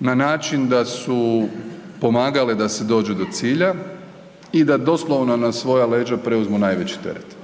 na način da su pomagale da se dođe do cilja i da doslovno, na svoja leđa preuzmu najveći teret.